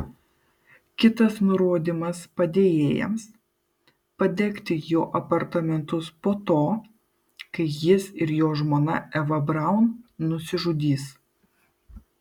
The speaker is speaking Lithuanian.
kitas nurodymas padėjėjams padegti jo apartamentus po to kai jis ir jo žmona eva braun nusižudys